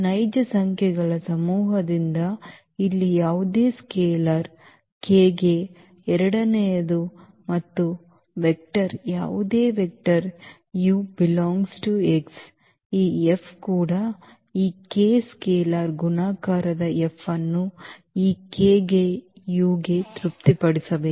ನೈಜ ಸಂಖ್ಯೆಗಳ ಸಮೂಹದಿಂದ ಇಲ್ಲಿ ಯಾವುದೇ ಸ್ಕೇಲಾರ್ k ಗೆ ಎರಡನೆಯದು ಮತ್ತು ವೆಕ್ಟರ್ ಯಾವುದೇ ವೆಕ್ಟರ್ u ∈ X ಈ F ಕೂಡ ಈ k ಸ್ಕೇಲಾರ್ ಗುಣಾಕಾರದ F ಅನ್ನು ಈ k ಗೆ u ಗೆ ತೃಪ್ತಿಪಡಿಸಬೇಕು